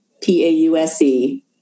P-A-U-S-E